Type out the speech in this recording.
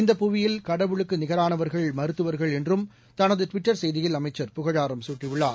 இந்த புவியில் கடவுளுக்கு நிகரானவர்கள் மருத்துவர்கள் என்றும் தனது ட்விட்டர் செய்தியில் அமைச்சர் புகழாரம் சூட்டியுள்ளார்